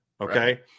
okay